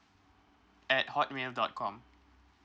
at hotmail dot com